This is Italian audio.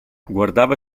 guardava